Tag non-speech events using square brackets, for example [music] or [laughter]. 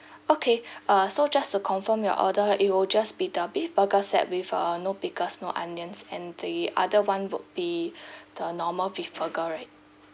okay uh so just to confirm your order it will just be the beef burger set with uh no pickles no onions and the other one would be [breath] the normal beef burger right